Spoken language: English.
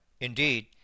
indeed